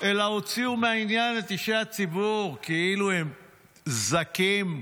אלא שהוציאו מהעניין את אישי הציבור כאילו הם זכים כבדולח.